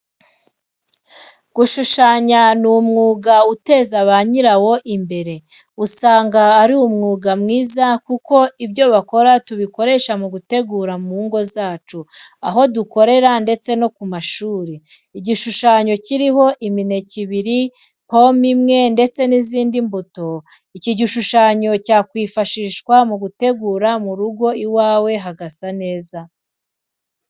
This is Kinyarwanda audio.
Gushushanya ni umwuga uteza ba nyirawo umumuro, usanga ari umwuga mwiza kuko ibyo bakora tubikoresha mu gutegura mu ngo zacu, aho dukorera ndetse no mu mashuri. Igishushanyo kiriho imineke ibiri, pome imwe, ndetse n'izindi mbuto. Iki gishushanyo cyakwifashishwa mu gutegura mu rugo iwawe hagasa neza.